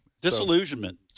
disillusionment